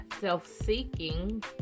self-seeking